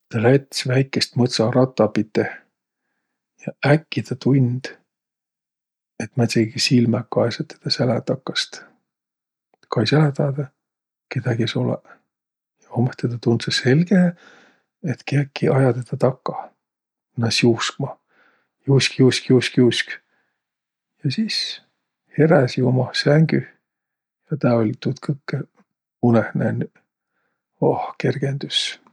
Tä läts' väikeist mõtsarata piteh ja äkki tä tund' et määntsegiq simäq kaesõq tedä sälä takast. Kai sälä taadõ, kedägi es olõq. A ummõhtõ tä tundsõ selgehe, et kiäki aja tedä takah. Naas' juuskma. Juusk', juusk', juusk', juusk'. Ja sis heräsi umah sängüh ja tä oll' tuud kõkkõ unõh nännüq. Ohh, kergendüs!